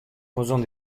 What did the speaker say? faisons